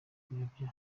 kuyobya